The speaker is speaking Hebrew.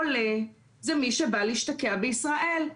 עולה זה מי שבא להשתקע בישראל.